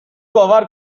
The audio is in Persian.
باور